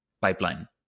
pipeline